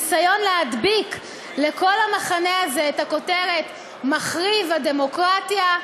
הניסיון להדביק לכל המחנה הזה את הכותרת "מחריב הדמוקרטיה"